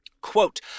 Quote